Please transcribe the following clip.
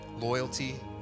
loyalty